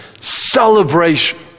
celebration